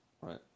Right